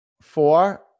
four